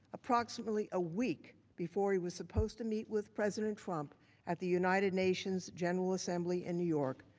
approximately a week before he was supposed to meet with president trump at the united nations general assembly in new york,